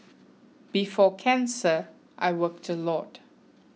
before cancer I worked a lot